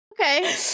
okay